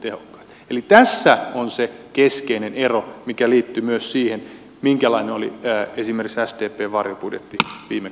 eli tässä on se keskeinen ero mikä liittyi myös siihen minkälainen oli esimerkiksi sdpn varjobudjetti viime